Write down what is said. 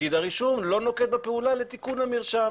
פקיד הרישום לא נוקט בפעולה לתיקון המרשם